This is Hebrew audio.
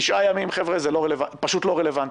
תשעה ימים זה פשוט לא רלוונטי.